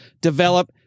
develop